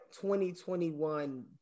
2021